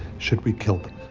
should we kill